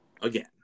Again